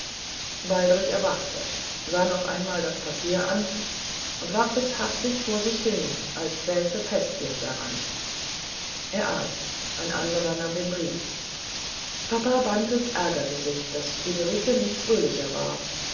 waldrich erwachte sah noch einmal das papier an und warf es hastig vor sich hin als säße pestgift daran er aß ein anderer nahm den brief papa bantes ärgerte sich daß friederike nicht fröhlicher war